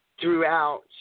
throughout